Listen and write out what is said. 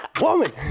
Woman